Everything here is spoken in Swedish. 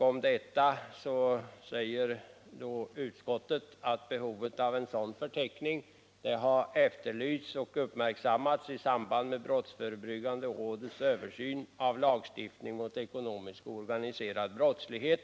Om detta säger utskottet: ”Behovet av en sådan förteckning som efterlyses i motionen har uppmärksammats i samband med brottsförebyggande rådets översyn av lagstiftning mot ekonomisk och organiserad brottslighet.